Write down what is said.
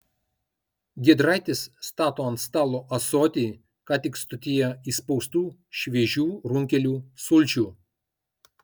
giedraitis stato ant stalo ąsotį ką tik stotyje išspaustų šviežių runkelių sulčių